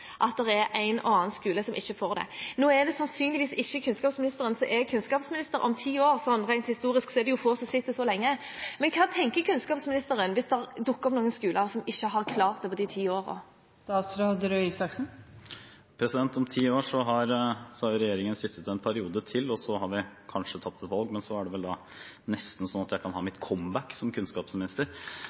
er en og annen skole som ikke får det til. Nå er det sannsynligvis ikke kunnskapsministeren som er kunnskapsminister om ti år – rent historisk er det jo få som sitter så lenge – men hva tenker kunnskapsministeren hvis det dukker opp noen skoler som ikke har klart det på de ti årene? Om ti år har regjeringen sittet en periode til, og så har vi kanskje tapt et valg, men da er det vel nesten sånn at jeg kan ha mitt comeback som kunnskapsminister.